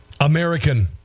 American